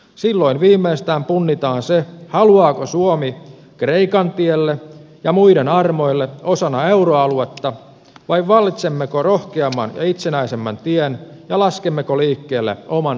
silloin viimeistään punnitaan se haluaako suomi kreikan tielle ja muiden armoille osana euroaluetta vai valitsemmeko rohkeamman ja itsenäisemmän tien ja laskemmeko liikkeelle oman rahayksikön